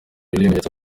ibimenyetso